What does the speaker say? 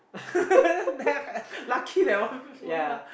yeah